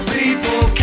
people